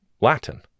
Latin